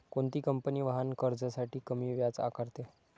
कोणती कंपनी वाहन कर्जासाठी कमी व्याज आकारते?